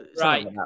right